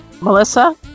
Melissa